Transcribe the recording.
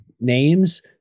names